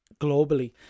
globally